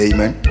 Amen